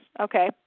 okay